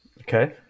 Okay